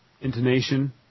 intonation